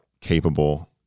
capable